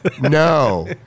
no